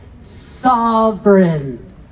sovereign